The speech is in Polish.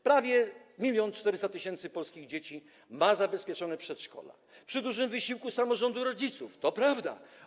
Prawie 1400 tys. polskich dzieci ma zabezpieczone przedszkola, przy dużym wysiłku samorządu rodziców, to prawda.